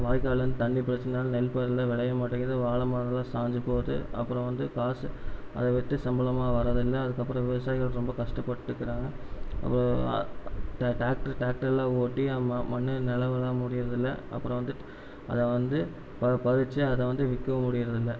வாய்க்கால்லருந்து தண்ணி பிரச்சனை நெல் பயிரெலாம் விளையவே மாட்டேங்குது வாழை மரலாம் சாஞ்சு போகுது அப்புறம் வந்து காசு அதை விற்று சம்பளமாக வரதில்லை அதுக்கப்புறம் விவசாயிகள் ரொம்ப கஷ்டப்பட்டுக்குறாங்க அப்புறம் இந்த டிராக்ட்ரு டிராக்டரெலாம் ஓட்டி ஆமாம் மண் நிலமுலாம் முடியிறதில்லை அப்புறம் வந்து அதை வந்து ப பறித்து அதை வந்து விற்கவும் முடியிறதில்லை